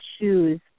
choose